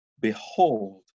behold